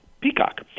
Peacock